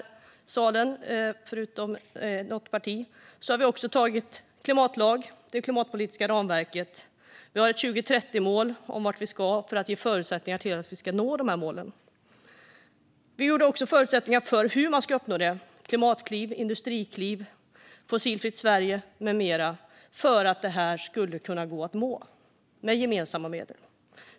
Gemensamt i denna sal, förutom något parti, har vi också antagit en klimatlag - det klimatpolitiska ramverket. Vi har ett 2030-mål om vart vi ska, för att ge förutsättningarna att nå målen. Vi skapade också förutsättningar för att detta ska gå att nå med gemensamma medel, såsom Klimatklivet, Industriklivet, Fossilfritt Sverige med mera.